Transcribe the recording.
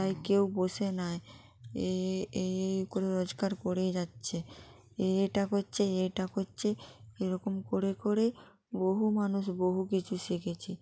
তাই কেউ বসে নেই এই এই এই এই কোনো রোজগার করেই যাচ্ছে এ এটা করছে এ এটা করছে এরকম করে করে বহু মানুষ বহু কিছু শিখেছে